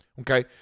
Okay